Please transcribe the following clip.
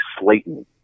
Slayton